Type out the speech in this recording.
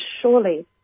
surely